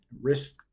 Risk